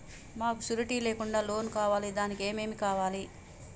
మాకు షూరిటీ లేకుండా లోన్ కావాలి దానికి ఏమేమి కావాలి?